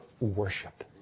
worship